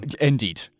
Indeed